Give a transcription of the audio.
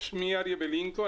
שמי אריה בלינקו.